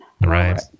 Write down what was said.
Right